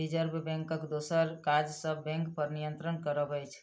reserve बैंकक दोसर काज सब बैंकपर नियंत्रण करब अछि